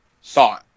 saw